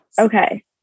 okay